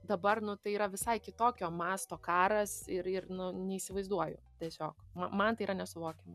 dabar nu tai yra visai kitokio masto karas ir ir nu neįsivaizduoju tiesiog na man tai yra nesuvokiama